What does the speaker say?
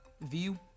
view